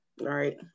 Right